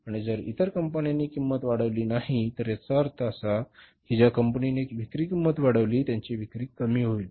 आणि जर इतर कंपन्यांनी किंमत वाढवली नाही तर याचा अर्थ असा की ज्या कंपनीने विक्री किंमत वाढवली त्यांची विक्री कमी होईल